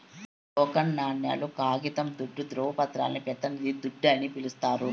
token నాణేలు, కాగితం దుడ్డు, దృవపత్రాలని పెతినిది దుడ్డు అని పిలిస్తారు